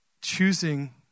choosing